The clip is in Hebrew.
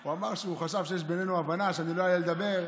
הוא אמר שהוא חשב שיש בינינו הבנה שאני לא אעלה לדבר.